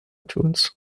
tools